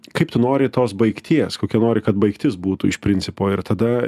kaip tu nori tos baigties kokia nori kad baigtis būtų iš principo ir tada